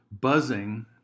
buzzing